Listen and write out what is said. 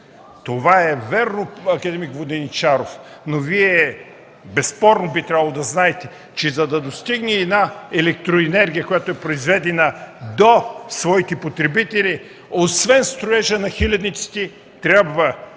Това е вярно, акад. Воденичаров, но безспорно Вие би трябвало да знаете, че за да достигне една електроенергия, която е произведена, до своите потребители, освен строежа на хилядниците, трябва да се строи